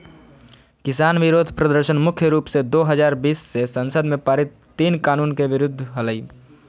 किसान विरोध प्रदर्शन मुख्य रूप से दो हजार बीस मे संसद में पारित तीन कानून के विरुद्ध हलई